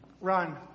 run